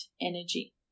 energy